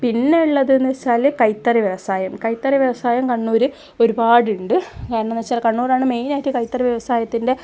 പിന്നെ ഉള്ളതെന്ന് വെച്ചാല് കൈത്തറി വ്യവസായം കൈത്തറി വ്യവസായം കണ്ണൂര് ഒരുപാടുണ്ട് കാരണമെന്ന് വെച്ചാല് കണ്ണൂരാണ് മെയിനായിട്ട് കൈത്തറി വ്യവസായത്തിൻ്റെ